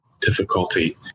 Difficulty